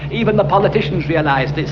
even the politicians realise this.